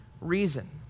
reason